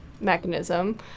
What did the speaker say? mechanism